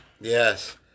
Yes